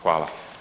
Hvala.